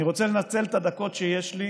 אני רוצה לנצל את הדקות שיש לי